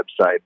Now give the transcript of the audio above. website